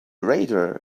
radar